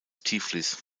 tiflis